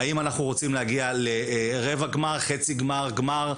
האם אנחנו רוצים להגיע לרבע גמר, לחצי גמר, לגמר?